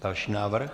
Další návrh.